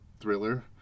thriller